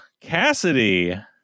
Cassidy